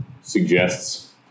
suggests